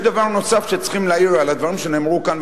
יש דבר נוסף שצריכים להעיר על הדברים שנאמרו כאן,